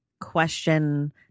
question